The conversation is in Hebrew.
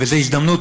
וזו הזדמנות,